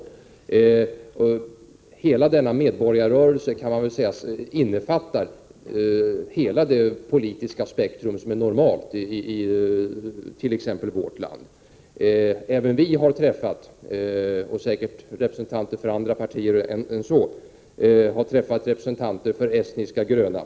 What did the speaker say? Man kan säga att hela denna medborgarrörelse innefattar hela det politiska spektrum som är normalt it.ex. vårt land. Även vi har träffat, säkert också andra, representanter för de estniska gröna.